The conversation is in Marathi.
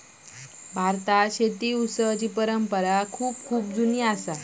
भारतात शेती उत्सवाची परंपरा खूप जुनी असा